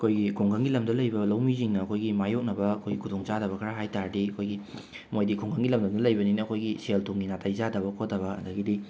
ꯑꯩꯈꯣꯏꯒꯤ ꯈꯨꯡꯒꯪꯒꯤ ꯂꯝꯗ ꯂꯩꯕ ꯂꯧꯃꯤ ꯁꯤꯡꯅ ꯑꯩꯈꯣꯏꯒꯤ ꯃꯌꯣꯛꯅꯕ ꯑꯈꯣꯏ ꯈꯨꯗꯣꯡꯆꯥꯗꯕ ꯈꯔ ꯍꯥꯏ ꯇꯥꯔꯗꯤ ꯑꯩꯈꯣꯏꯒꯤ ꯃꯣꯏꯗꯤ ꯈꯨꯡꯒꯪꯒꯤ ꯂꯝꯗꯝꯗ ꯂꯩꯕꯅꯤꯅ ꯑꯩꯈꯣꯏꯒꯤ ꯁꯦꯜ ꯊꯨꯝꯒꯤ ꯅꯥꯇꯩ ꯆꯥꯗꯕ ꯈꯣꯠꯇꯕ ꯑꯗꯒꯤꯗꯤ